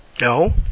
No